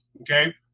Okay